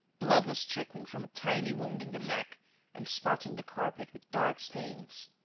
blood was trickling from a tiny wound in the neck and spotting the carpet with dark stains.